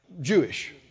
Jewish